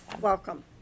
Welcome